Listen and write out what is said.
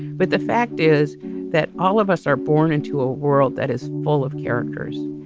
but the fact is that all of us are born into a world that is full of characters,